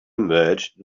emerged